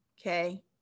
Okay